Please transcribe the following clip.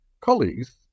colleagues